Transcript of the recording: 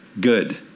good